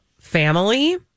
family